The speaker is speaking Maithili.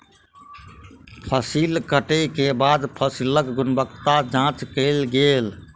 फसिल कटै के बाद फसिलक गुणवत्ताक जांच कयल गेल